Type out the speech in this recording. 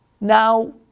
Now